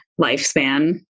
lifespan